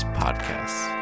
podcasts